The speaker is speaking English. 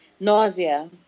Nausea